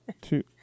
Two